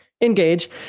engage